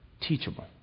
teachable